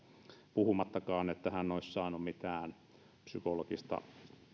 puhumattakaan että hän olisi saanut mitään psykologista